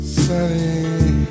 sunny